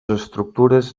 estructures